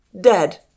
dead